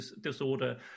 disorder